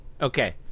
Okay